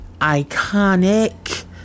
iconic